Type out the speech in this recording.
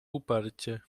uparcie